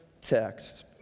text